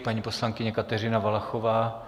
Paní poslankyně Kateřina Valachová.